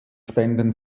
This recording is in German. spenden